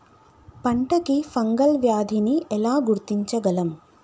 పంట కి ఫంగల్ వ్యాధి ని ఎలా గుర్తించగలం?